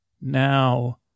Now